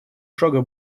шага